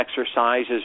exercises